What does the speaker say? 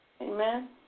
Amen